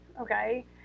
okay